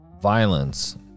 violence